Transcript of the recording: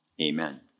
Amen